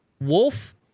Wolf